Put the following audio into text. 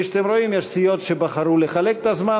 כפי שאתם רואים, יש סיעות שבחרו לחלק את הזמן.